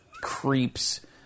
creeps